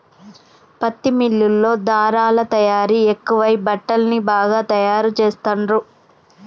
పత్తి మిల్లుల్లో ధారలా తయారీ ఎక్కువై బట్టల్ని బాగా తాయారు చెస్తాండ్లు